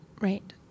Right